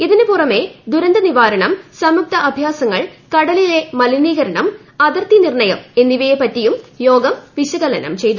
ഇതിന് പുറമെ ദുരന്ത നിവാരണം സംയുക്ത അഭ്യാസങ്ങൾ കടലിലെ മലിനീകരണം അതിർത്തി നിർണ്ണയം എന്നിവയെപ്പറ്റിയും യോഗം വിശകലനം ചെയ്തു